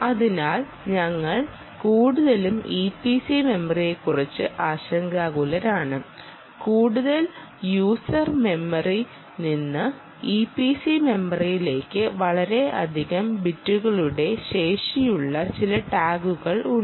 അതിനാൽ ഞങ്ങൾ കൂടുതലും ഇപിസി മെമ്മറിയെക്കുറിച്ച് ആശങ്കാകുലരാണ് കൂടാതെ യൂസർ മെമ്മറിയിൽ നിന്ന് ഇപിസി മെമ്മറിയിലേക്ക് വളരെയധികം ബിറ്റുകളുടെ ശേഷിയുള്ള ചില ടാഗുകൾ ഉണ്ട്